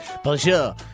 Bonjour